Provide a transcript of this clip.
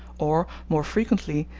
or, more frequently,